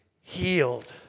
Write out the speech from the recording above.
healed